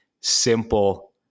simple